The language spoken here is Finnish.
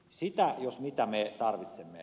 sitä jos mitä me tarvitsemme